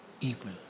evil